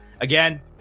again